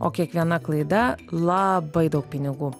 o kiekviena klaida labai daug pinigų